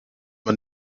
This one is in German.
man